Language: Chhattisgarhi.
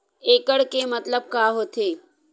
एकड़ के मतलब का होथे?